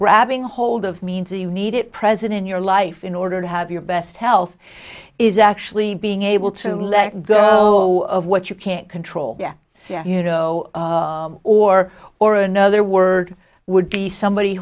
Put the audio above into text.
grabbing hold of means you need it present in your life in order to have your best health is actually being able to let go of what you can't control yeah you know or or another word would be somebody